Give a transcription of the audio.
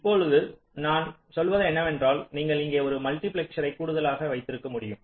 இப்போது நான் சொல்வது என்னவென்றால் நீங்கள் இங்கே ஒரு மல்டிபிளெக்சரை கூடுதலாக வைத்திருக்க முடியும்